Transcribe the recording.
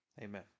amen